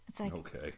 Okay